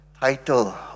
title